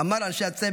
אמר לאנשי הצוות,